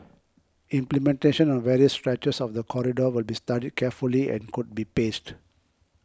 implementation on various stretches of the corridor will be studied carefully and could be paced